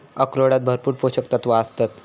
अक्रोडांत भरपूर पोशक तत्वा आसतत